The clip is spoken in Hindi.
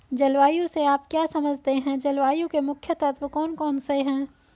जलवायु से आप क्या समझते हैं जलवायु के मुख्य तत्व कौन कौन से हैं?